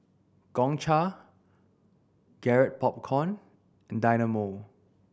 Gongcha Garrett Popcorn and Dynamo